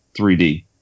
3D